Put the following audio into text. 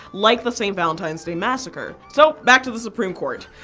like the st. valentine's day massacre. so back to the supreme court,